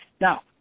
now